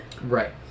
Right